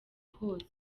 hose